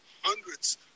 hundreds